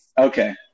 Okay